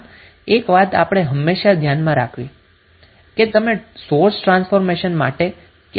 આમ એક વાત આપણે હંમેશા ધ્યાનમાં રાખવી પડશે કે તમે સોર્સ ટ્રાન્સફોર્મેશન માટે કેવી રીતે યોગ્ય ઘટકને નક્કી કરો છો